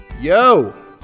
Yo